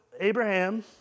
Abraham